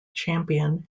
champion